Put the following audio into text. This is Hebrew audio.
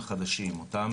יחד עם